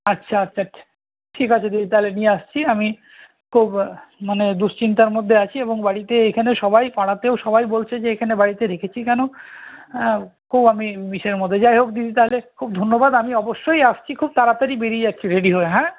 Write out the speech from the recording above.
আচ্ছা আচ্ছা ঠিক আছে দিদি তাহলে নিয়ে আসছি আমি খুব মানে দুশ্চিন্তার মধ্যে আছি এবং বাড়িতে এখানে সবাই পাড়াতেও সবাই বলছে যে এখানে বাড়িতে রেখেছি কেন হ্যাঁ খুব আমি ইশের মধ্যে যাই হোক দিদি তাহলে খুব ধন্যবাদ আমি অবশ্যই আসছি খুব তাড়াতাড়ি বেরিয়ে যাচ্ছি রেডি হয় হ্যাঁ